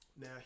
now